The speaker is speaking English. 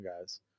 guys